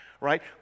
Right